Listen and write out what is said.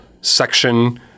section